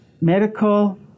medical